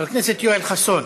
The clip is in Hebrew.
חבר הכנסת יואל חסון,